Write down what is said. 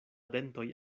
dentoj